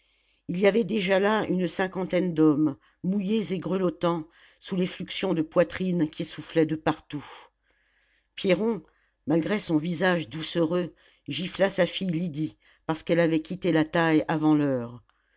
il y avait déjà là une cinquantaine d'hommes mouillés et grelottants sous les fluxions de poitrine qui soufflaient de partout pierron malgré son visage doucereux gifla sa fille lydie parce qu'elle avait quitté la taille avant l'heure